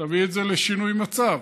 שתביא את זה לשינוי מצב.